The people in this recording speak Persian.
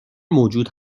موجود